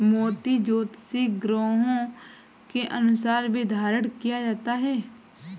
मोती ज्योतिषीय ग्रहों के अनुसार भी धारण किया जाता है